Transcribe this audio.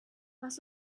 was